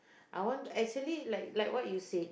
I want actually like like what you said